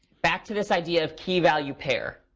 back to this idea of key value pair,